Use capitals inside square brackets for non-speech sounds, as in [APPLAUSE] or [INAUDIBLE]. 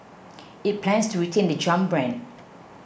[NOISE] it plans to retain the Jump brand